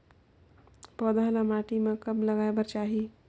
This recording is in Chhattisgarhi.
पौधा ल माटी म कब लगाए बर चाही?